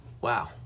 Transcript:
Wow